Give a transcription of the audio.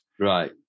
Right